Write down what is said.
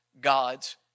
God's